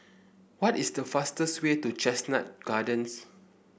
what is the fastest way to Chestnut Gardens